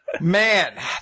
Man